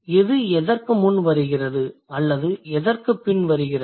எது எதற்கு முன் வருகிறது அல்லது எதற்குப் பின் வருகிறது